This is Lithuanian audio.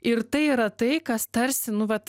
ir tai yra tai kas tarsi nu vat